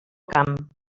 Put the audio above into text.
camp